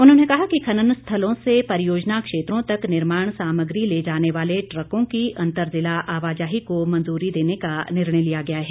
उन्होंने कहा कि खनन स्थलों से परियोजना क्षेत्रों तक निर्माण सामग्री ले जाने वाले ट्रकों की अंतर जिला आवाजाही को मंजूरी देने का निर्णय लिया गया है